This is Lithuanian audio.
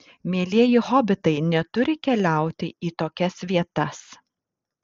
mielieji hobitai neturi keliauti į tokias vietas